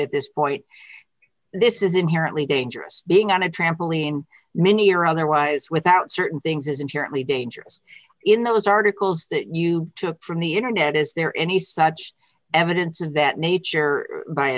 at this point this is inherently dangerous being on a trampoline many or otherwise without certain things is inherently dangerous in those articles that you took from the internet is there any such evidence of that nature by a